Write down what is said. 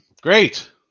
great